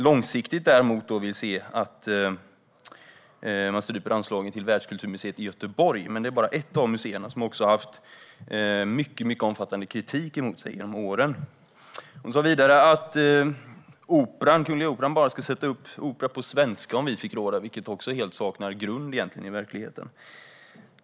Långsiktigt vill vi däremot se att man stryper anslagen till Världskulturmuseet i Göteborg, men det är bara ett av museerna. Det har även fått en mycket omfattande kritik riktad mot sig under åren. Rossana Dinamarca menade vidare att Kungliga Operan bara skulle få sätta upp opera på svenska om Sverigedemokraterna fick råda, vilket helt saknar grund i verkligheten.